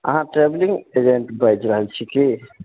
अहाँ travelling agent बाजि रहल छी कि